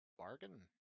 bargain